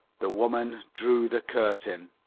the woman drew the curtain.